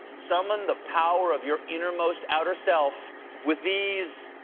summon the power of your innermost outer self with these